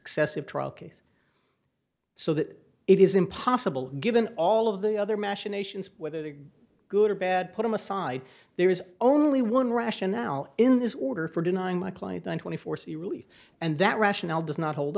success of trial case so that it is impossible given all of the other machinations whether they are good or bad put them aside there is only one rationale in this order for denying my client one twenty four c really and that rationale does not hold